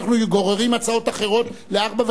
אם כך, אנחנו עוברים לשלמה מולה.